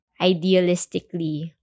idealistically